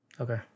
Okay